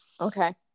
Okay